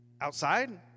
outside